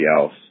else